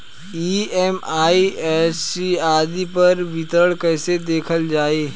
EMI राशि आदि पर विवरण कैसे देखल जाइ?